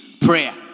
prayer